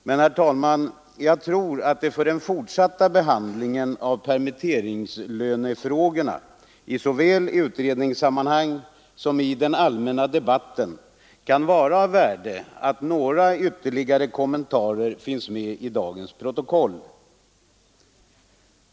Men, herr talman, jag tror att det för den fortsatta behandlingen av permitteringslönefrågorna såväl i utredningssammanhang som i den allmänna debatten kan vara av värde att några ytterligare kommentarer finns med i dagens protokoll.